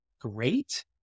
great